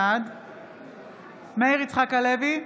בעד מאיר יצחק הלוי,